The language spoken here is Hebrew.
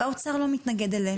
והאוצר לא מתנגד להם.